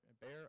bear